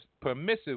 permissive